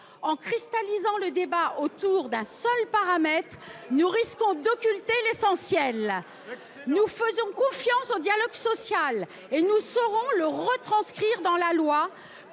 En cristallisant le débat sur un seul paramètre, nous risquons d’occulter l’essentiel. Nous faisons confiance au dialogue social et nous saurons le retranscrire dans la loi,